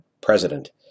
President